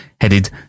headed